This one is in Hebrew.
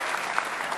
(מחיאות כפיים)